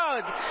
God